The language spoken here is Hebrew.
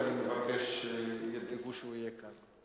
ואני מבקש שידאגו שהוא יהיה כאן.